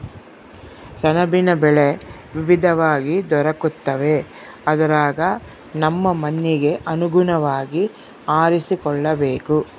ಸೆಣಬಿನ ಬೆಳೆ ವಿವಿಧವಾಗಿ ದೊರಕುತ್ತವೆ ಅದರಗ ನಮ್ಮ ಮಣ್ಣಿಗೆ ಅನುಗುಣವಾಗಿ ಆರಿಸಿಕೊಳ್ಳಬೇಕು